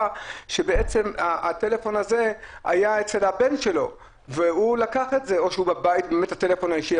זה שהטלפון הזה היה אצל הבן שלו והוא לקח את זה או שהטלפון האישי בבית.